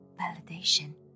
validation